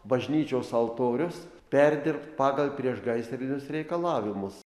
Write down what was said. bažnyčios altorius perdirbt pagal priešgaisrinius reikalavimus